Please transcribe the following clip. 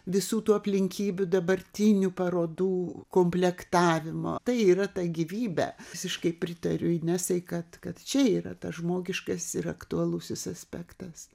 visų tų aplinkybių dabartinių parodų komplektavimo tai yra ta gyvybė visiškai pritariu inesai kad kad čia yra tas žmogiškas ir aktualusis aspektas